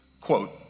Quote